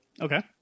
Okay